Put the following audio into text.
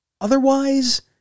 otherwise